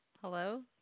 Hello